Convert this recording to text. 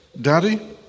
Daddy